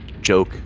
joke